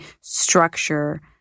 structure